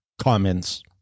comments